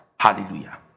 Hallelujah